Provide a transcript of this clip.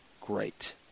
Great